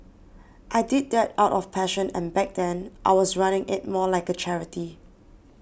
I did that out of passion and back then I was running it more like a charity